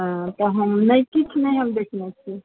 हँ तऽ हम नइ किछु नहि हम देखने छी